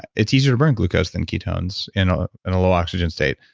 it's easier to burn glucose than ketones in a and little oxygen state.